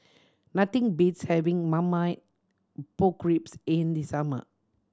nothing beats having Marmite Pork Ribs in the summer